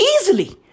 easily